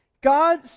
God